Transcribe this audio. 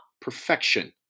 perfection